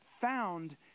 found